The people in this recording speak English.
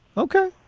ok.